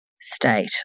state